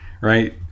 right